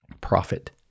profit